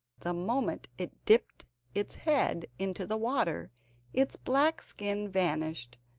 the moment it dipped its head into the water its black skin vanished,